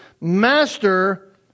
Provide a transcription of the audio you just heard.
Master